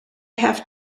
have